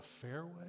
fairway